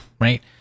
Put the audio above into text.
Right